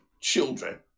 children